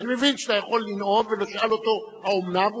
אז אני מבין שאתה יכול לנאום ולשאול אותו: האומנם?